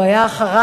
הוא היה אחרי,